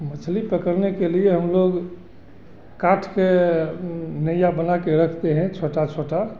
मछली पकड़ने के लिए हम लोग काठ के नैया बनाके रखते हें छोटा छोटा